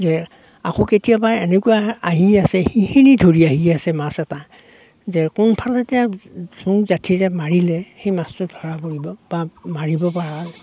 যে আকৌ কেতিয়াবা এনেকুৱা আহি আছে সেইখিনি ধৰি আহি আছে মাছ এটা যে কোন ফালে জোং যাঠি যে মাৰিলে সেই মাছটো ধৰা পৰিব বা মাৰিব পৰা